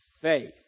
faith